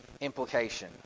implication